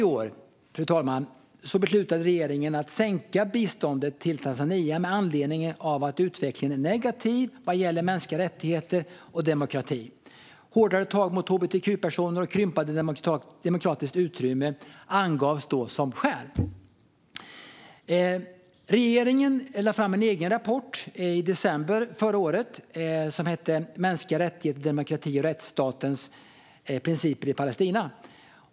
I februari i år beslutade regeringen att minska biståndet till Tanzania med anledning av den negativa utvecklingen vad gäller mänskliga rättigheter och demokrati. Hårdare tag mot hbtq-personer och krympande demokratiskt utrymme angavs då som skäl. Regeringen lade i december fram den egna rapporten Mänskliga rättigheter, demokrati och rättsstatens principer i Palestina .